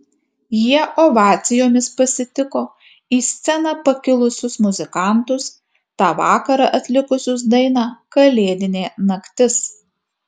jie ovacijomis pasitiko į sceną pakilusius muzikantus tą vakarą atlikusius dainą kalėdinė naktis